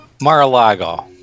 Mar-a-Lago